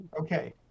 Okay